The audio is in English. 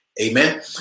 Amen